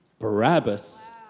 Barabbas